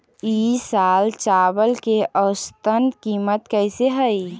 ई साल चावल के औसतन कीमत कैसे हई?